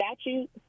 statute